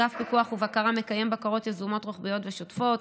אגף פיקוח ובקרה מקיים בקרות יזומות רוחביות ושוטפות,